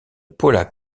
paula